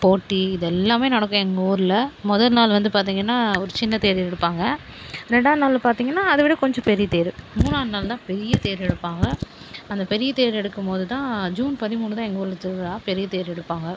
போட்டி இதெல்லாமே நடக்கும் எங்கள் ஊரில் முதல் நாள் வந்து பார்த்தீங்கனா ஒரு சின்ன தேர் இழுப்பாங்க ரெண்டானால் பார்த்தீங்கனா அதை விட கொஞ்சம் பெரிய தேர் மூணா நாள் தான் பெரிய்ய தேர் இழுப்பாங்க அந்த பெரிய தேர் எடுக்கும் போது தான் ஜூன் பதிமூணு தான் எங்கள் ஊரில் திருவிழா பெரிய தேர் இழுப்பாங்க